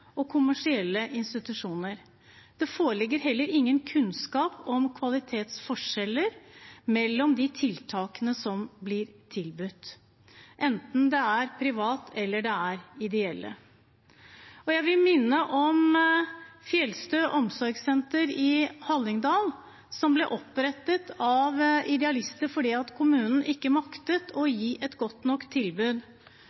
og kommersielle institusjoner. Det foreligger heller ingen kunnskap om kvalitetsforskjeller mellom de tiltakene som blir tilbudt, enten det er av private eller av ideelle. Jeg vil minne om Fjellstø Omsorg i Hallingdal, som ble opprettet av idealister fordi kommunen ikke maktet å